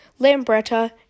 Lambretta